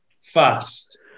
fast